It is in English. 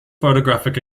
photographic